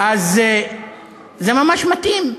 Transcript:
זה ממש מתאים.